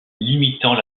limitant